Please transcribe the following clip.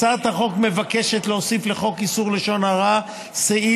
בהצעת החוק מוצע להוסיף לחוק איסור לשון הרע סעיף